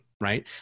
right